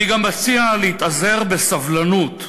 אני גם מציע להתאזר בסבלנות.